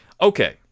Okay